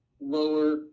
lower